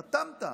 חתמת.